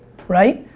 right?